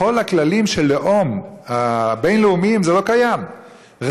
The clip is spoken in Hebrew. בכל הכללים של הלאום הבין-לאומיים זה לא קיים,